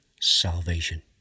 salvation